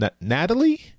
Natalie